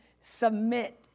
Submit